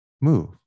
move